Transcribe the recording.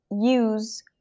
use